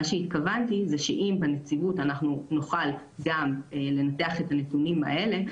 מה שהתכוונתי זה שאם בנציבות אנחנו נוכל גם לנתח את הנתונים האלה,